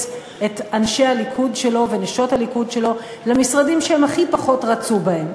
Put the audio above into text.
את אנשי הליכוד שלו ונשות הליכוד שלו למשרדים שהם הכי פחות רצו בהם.